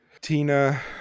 tina